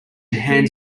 hands